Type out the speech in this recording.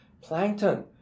plankton